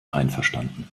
einverstanden